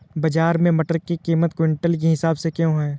बाजार में मटर की कीमत क्विंटल के हिसाब से क्यो है?